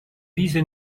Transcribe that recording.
rise